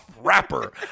Rapper